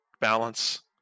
balance